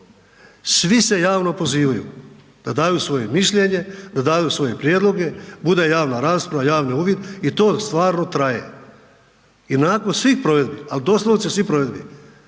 svi se javno pozivaju da daju svoje mišljenje, da daju svoje prijedloge, bude javna rasprava, javni uvid i to stvarno traje i nakon svih provedbi, al doslovce svih provedbi